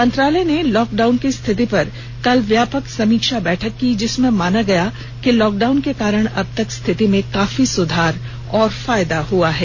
मंत्रालय ने लॉकडाउन की स्थिति पर कल व्यापक समीक्षा बैठक की जिसमें माना गया कि लॉकडाउन के कारण अब तक स्थिति में काफी सुधार और फायदा हुआ है